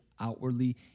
outwardly